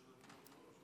חמש דקות לרשותך.